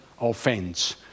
offense